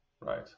right